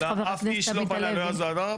אף איש מאנשי ש"ס לא פנה אליי בנושא הזה.